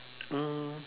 um